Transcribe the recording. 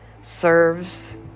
serves